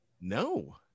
No